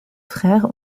frères